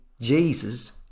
Jesus